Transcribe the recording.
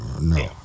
no